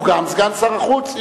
הוא גם סגן שר החוץ,